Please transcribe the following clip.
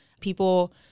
People